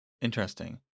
Interesting